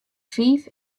fiif